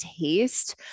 taste